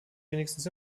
wenigstens